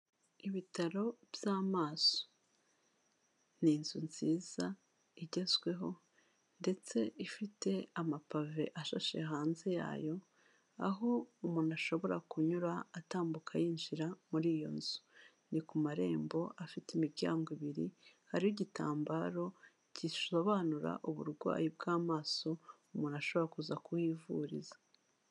Ibitaro by'amaso. Ni inzu nziza igezweho ndetse ifite amapave ashashe hanze yayo, aho umuntu ashobora kunyura atambuka yinjira muri iyo nzu, ni ku marembo afite imiryango ibiri, hariho igitambaro gisobanura uburwayi bw'amaso umuntu ashobora kuza kuhivuriza.